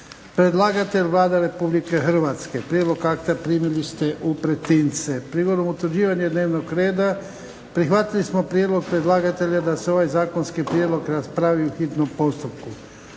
Predlagatelj Vlada Republike Hrvatske. Prijedlog akta primili ste u pretince. Prigodom utvrđivanja dnevnog reda prihvatili smo prijedlog predlagatelja da se ovaj zakonski prijedlog raspravi u hitnom postupku.